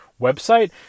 website